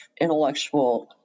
intellectual